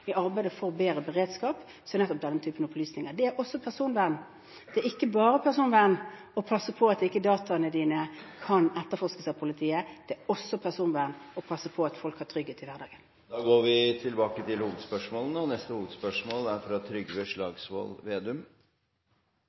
i arbeidet for bedre beredskap, er det nettopp denne typen opplysninger. Det er også personvern. Det er ikke bare personvern å passe på at ikke dataene dine kan etterforskes av politiet, det er også personvern å passe på at folk har trygghet i hverdagen. Vi går til neste hovedspørsmål. Vi